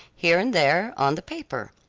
here and there, on the paper.